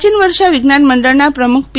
પ્રાચીન વર્ષા વિજ્ઞાન મંડળના પ્રમુખ પી